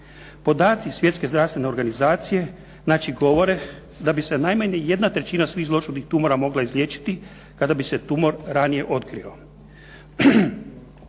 Podaci Svjetske zdravstvene organizacije govore da bi se najmanje jedna trećina svih zloćudnih tumora mogla izliječiti kada bi se tumor ranije otkrio.